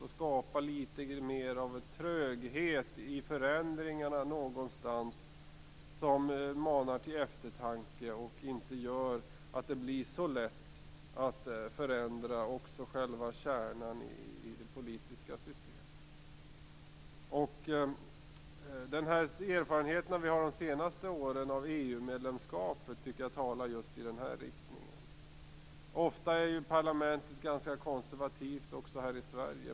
Den skulle skapa litet mer av en tröghet i förändringarna, som skulle mana till eftertanke så att det inte skulle bli så lätt att förändra också själva kärnan i det politiska systemet. Erfarenheterna av EU-medlemskapet talar i den riktningen. Parlament är ofta konservativa, även här i Sverige.